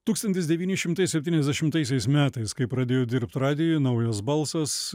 tūkstantis devyni šimtai septyniasdešimtaisiais metais kai pradėjau dirbt radijuj naujas balsas